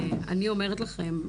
אני אומרת לכם,